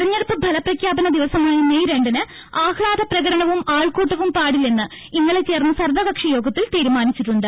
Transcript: തെരഞ്ഞെടുപ്പ് ഫലപ്രഖ്യാപന ദിവസമായ മെയ് രണ്ടിന് ആഹ്ലാദപ്രകടനവും ആൾക്കൂട്ടവും പാടില്ലെന്ന് ഇന്നലെ ചേർന്ന സർവകക്ഷി യോഗത്തിൽ തീരുമാനിച്ചിട്ടുണ്ട്